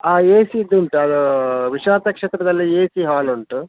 ಆಂ ಎ ಸಿದು ಉಂಟು ಅದು ವಿಶ್ವನಾಥ ಕ್ಷೇತ್ರದಲ್ಲಿ ಎ ಸಿ ಹಾಲ್ ಉಂಟು